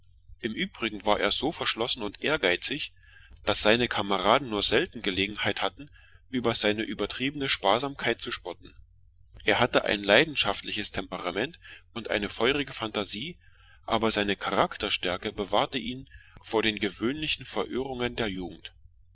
nach übrigens war er verschlossen und ehrgeizig und seine kameraden kamen selten in den fall sich über seine übermäßige sparsamkeit lustig machen zu können er hatte starke leidenschaften und eine feurige einbildungskraft allein seine standhaftigkeit bewahrte ihn vor den gewöhnlichen verirrungen der jugend